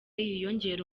yiyongera